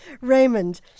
Raymond